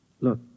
Look